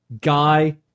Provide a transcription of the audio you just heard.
guy